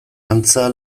antza